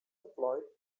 employed